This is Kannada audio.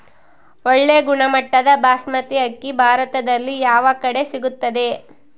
ಒಳ್ಳೆ ಗುಣಮಟ್ಟದ ಬಾಸ್ಮತಿ ಅಕ್ಕಿ ಭಾರತದಲ್ಲಿ ಯಾವ ಕಡೆ ಸಿಗುತ್ತದೆ?